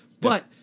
But-